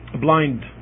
blind